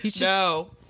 No